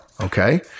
okay